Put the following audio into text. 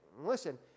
listen